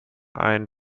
ein